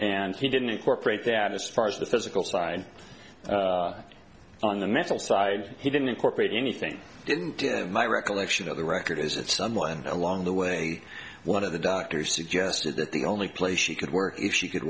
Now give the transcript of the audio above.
and he didn't incorporate that as far as the physical side on the mental side he didn't incorporate anything didn't give my recollection of the record is that someone along the way one of the doctors suggested that the only place she could work if she could